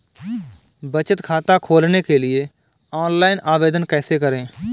बचत खाता खोलने के लिए ऑनलाइन आवेदन कैसे करें?